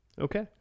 Okay